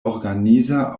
organiza